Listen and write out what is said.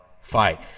fight